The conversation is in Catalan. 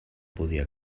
podia